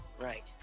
right